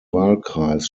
wahlkreis